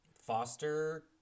Foster